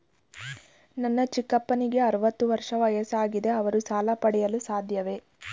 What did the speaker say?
ನನ್ನ ಚಿಕ್ಕಪ್ಪನಿಗೆ ಅರವತ್ತು ವರ್ಷ ವಯಸ್ಸಾಗಿದೆ ಅವರು ಸಾಲ ಪಡೆಯಲು ಸಾಧ್ಯವೇ?